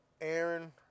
Aaron